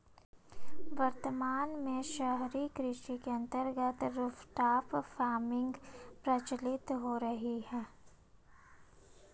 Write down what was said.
वर्तमान में शहरी कृषि के अंतर्गत रूफटॉप फार्मिंग प्रचलित हो रही है